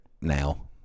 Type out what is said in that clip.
now